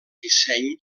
disseny